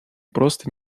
просто